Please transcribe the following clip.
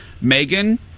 Megan